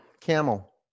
Camel